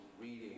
reading